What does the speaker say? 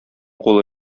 кулы